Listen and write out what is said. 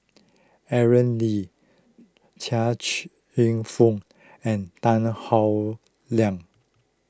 Aaron Lee Chia Cheong Fook and Tan Howe Liang